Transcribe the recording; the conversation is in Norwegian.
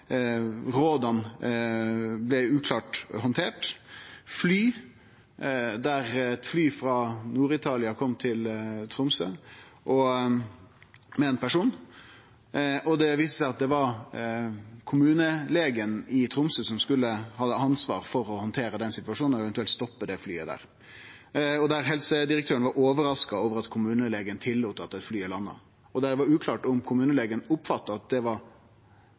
råda blei uklart handterte. Eit fly frå Nord-Italia kom til Tromsø med ein person, og det viste seg at det var kommunelegen i Tromsø som skulle hatt ansvaret for å handtere den situasjonen og eventuelt stoppe det flyet. Helsedirektøren var overraska over at kommunelegen tillét at flyet landa. Og det var uklart om kommunelegen oppfatta at det var